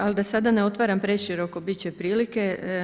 Ali da sada ne otvaram preširoko bit će prilike.